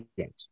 games